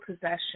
possession